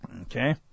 Okay